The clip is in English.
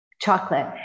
chocolate